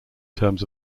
terms